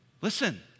Listen